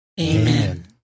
Amen